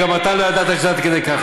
כי גם אתה לא ידעת שזה עד כדי כך,